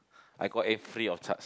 I got in free of charge